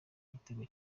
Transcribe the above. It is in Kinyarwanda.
gitego